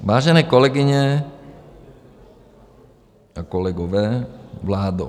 Vážené kolegyně a kolegové, vládo.